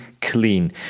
clean